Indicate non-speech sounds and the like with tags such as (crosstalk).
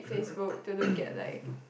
(coughs)